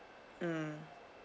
um